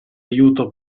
aiuto